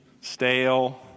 stale